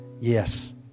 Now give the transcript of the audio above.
Yes